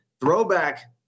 throwback